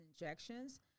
injections